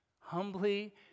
humbly